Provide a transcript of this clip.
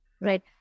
Right